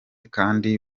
kandi